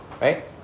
right